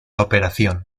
operación